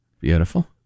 beautiful